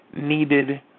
needed